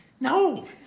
no